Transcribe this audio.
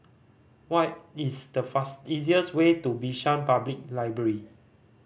what is the easiest way to Bishan Public Library